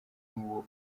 nk’uwo